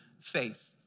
faith